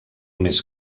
més